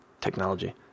technology